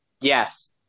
Yes